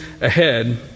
ahead